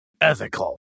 ethical